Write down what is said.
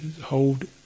hold